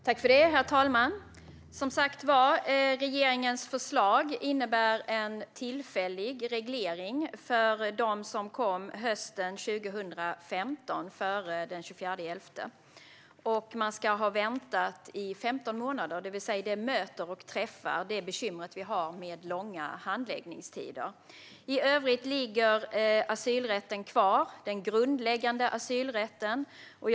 Herr talman! Regeringens förslag innebär en tillfällig reglering för dem som kom hösten 2015, före den 24 november, och som har väntat i 15 månader. Detta möter och träffar alltså det bekymmer vi har med långa handläggningstider. I övrigt ligger den grundläggande asylrätten kvar.